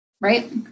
Right